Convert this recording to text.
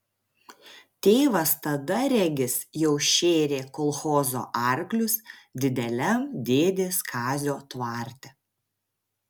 tėvas tada regis jau šėrė kolchozo arklius dideliam dėdės kazio tvarte